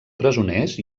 presoners